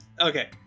Okay